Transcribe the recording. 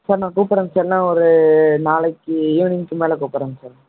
sir நான் கூப்பிட்றேங்க sir நான் ஒரு நாளைக்கு ஈவினிங்க்கு மேல் கூப்பிட்றேங்க சார்